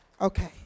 Okay